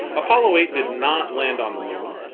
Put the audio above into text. apollo eight did not land on the moon,